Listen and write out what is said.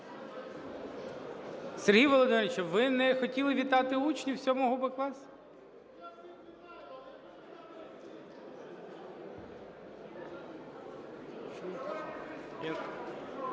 Сергій Володимирович, ви не хотіли вітати учнів 7-Б класу?